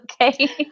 okay